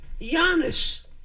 Giannis